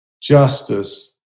justice